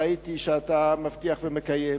ראיתי שאתה מבטיח ומקיים,